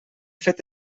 fet